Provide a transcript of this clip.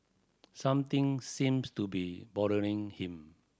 something seems to be bothering him